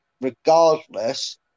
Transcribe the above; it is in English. regardless